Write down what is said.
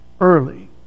early